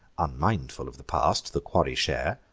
unmindful of the past, the quarry share,